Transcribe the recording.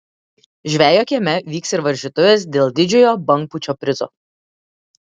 žvejo kieme vyks ir varžytuvės dėl didžiojo bangpūčio prizo